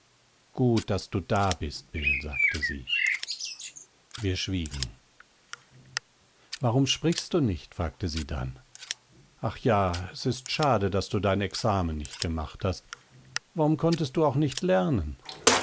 gut daß du da bist bill sagte sie wir schwiegen warum sprichst du nicht fragte sie dann ach ja es ist schade daß du dein examen nicht gemacht hast warum konntest du auch nicht lernen